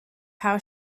how